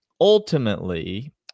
ultimately